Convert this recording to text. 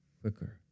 quicker